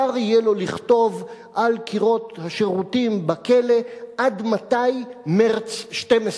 יהיה לו לכתוב על קירות השירותים בכלא: "עד מתי מרס 12",